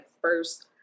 first